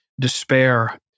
despair